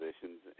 positions